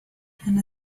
and